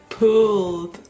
Pulled